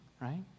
right